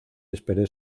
esperé